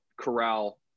Corral